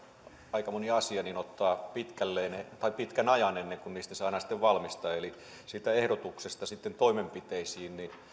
aika moni asia ottaa pitkän ajan ennen kuin niistä saadaan sitten valmista eli päästään siitä ehdotuksesta sitten toimenpiteisiin